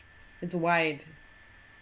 it's wide